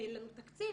אין לנו תקציב.